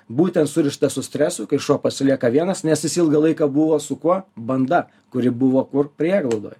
būtent surišta su stresu kai šuo pasilieka vienas nes jis ilgą laiką buvo su kuo banda kuri buvo kur prieglaudoj